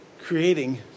creating